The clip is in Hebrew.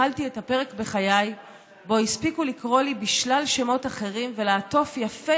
התחלתי את הפרק בחיי שבו הספיקו לקרוא לי בשלל שמות אחרים ולעטוף יפה